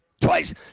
twice